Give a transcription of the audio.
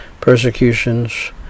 persecutions